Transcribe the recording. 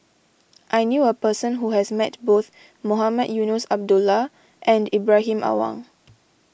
I knew a person who has met both Mohamed Eunos Abdullah and Ibrahim Awang